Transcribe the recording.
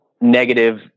negative